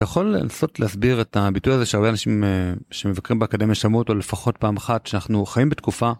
אתה יכול לנסות להסביר את הביטוי הזה שהרבה אנשים שמבקרים באקדמיה שמעו אותו לפחות פעם אחת שאנחנו חיים בתקופה.